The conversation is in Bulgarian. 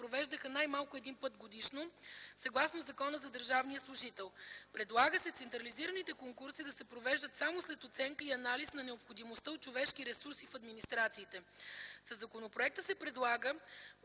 провеждаха най-малко един път годишно, съгласно Закона за държавния служител. Предлага се централизираните конкурси да се провеждат само след оценка и анализ на необходимостта от човешки ресурси в администрациите. Със законопроекта се предлага